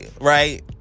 right